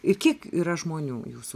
ir kiek yra žmonių jūsų